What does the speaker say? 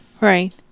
Right